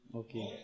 okay